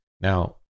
Now